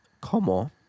como